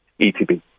ETB